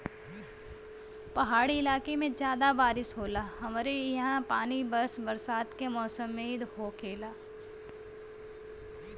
पहाड़ी इलाके में जादा बारिस होला हमरे ईहा पानी बस बरसात के मौसम में ही होखेला